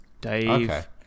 Dave